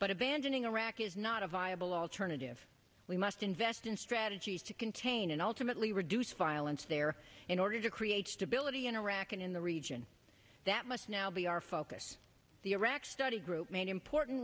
but abandoning iraq is not a viable alternative we must invest in strategies to contain and ultimately reduce violence there in order to create stability in iraq and in the region that must now be our focus the iraq study group made important